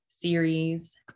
Series